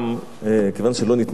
כיוון שלא ניתנה לי הרשות היום,